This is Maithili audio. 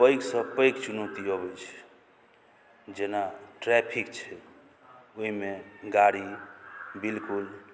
पैघसँ पैघ चुनौती अबै छै जेना ट्रैफिक छै ओहिमे गाड़ी बिल्कुल